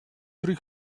three